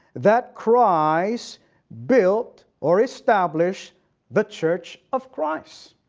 that christ built or established the church of christ.